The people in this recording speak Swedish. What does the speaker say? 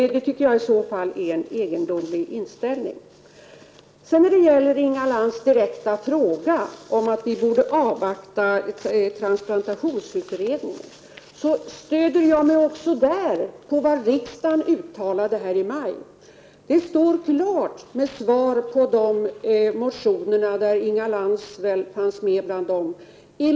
Det tycker jag i så fall är en egendomlig inställning. Inga Lantz tycker att vi borde avvakta resultatet av transplantationsutredningen. Också där stöder jag mig på vad riksdagen uttalade i maj. Riksdagen gjorde alltså, på förslag av regeringen, en skärpning av transplantationslagen.